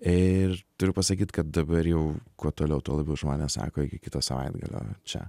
ir turiu pasakyt kad dabar jau kuo toliau tuo labiau žmonės sako iki kito savaitgalio čia